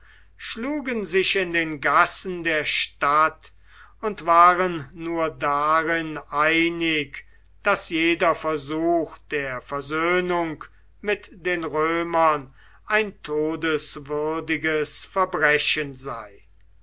schlugen sich in den gassen der stadt und waren nur darin einig daß jeder versuch der versöhnung mit den römern ein todeswürdiges verbrechen sei